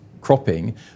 cropping